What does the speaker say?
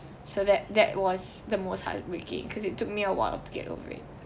so that that was the most heartbreaking cause it took me a while to get over it